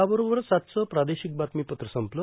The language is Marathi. याबरोबरच आजचं प्रादेशिक बातमीपत्र संपलं